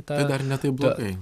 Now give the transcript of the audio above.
tai dar ne taip blogai